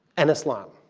and islam.